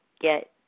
get